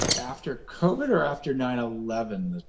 after covid? or after nine eleven?